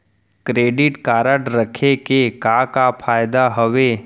Credit card रखे के का का फायदा हवे?